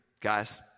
guys